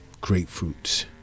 grapefruits